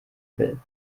will